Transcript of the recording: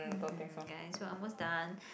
mmhmm guys we are almost done